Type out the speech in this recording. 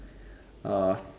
uh